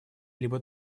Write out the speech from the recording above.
либо